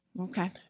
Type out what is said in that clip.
Okay